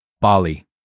Bali